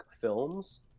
Films